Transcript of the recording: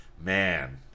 man